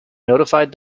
notified